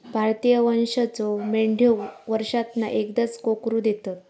भारतीय वंशाच्यो मेंढयो वर्षांतना एकदाच कोकरू देतत